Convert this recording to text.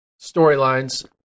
storylines